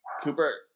Cooper